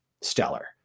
stellar